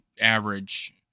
average